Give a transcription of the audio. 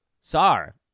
Sar